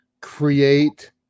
create